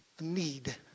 Need